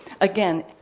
again